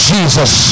Jesus